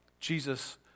Jesus